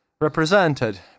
represented